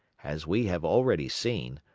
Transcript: as we have already seen,